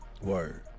Word